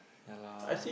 ya lah